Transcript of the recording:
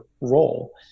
role